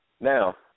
Now